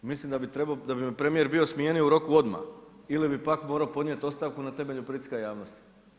Mislim da bi me premijer bio smijenio u roku odmah ili bi pak morao podnijeti ostavku na temelju pritiska javnosti.